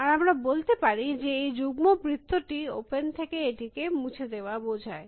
আর আমরা বলতে পারি যে এই যুগ্ম বৃত্ত টি ওপেন থেকে এটিকে মুছে দেওয়া বোঝায়